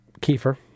Kiefer